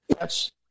Yes